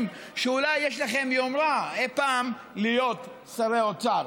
שאולי יש לכם יומרה אי פעם להיות שרי אוצר.